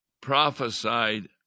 prophesied